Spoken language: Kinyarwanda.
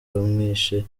bamwishe